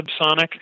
subsonic